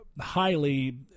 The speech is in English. highly